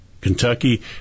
Kentucky